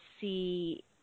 see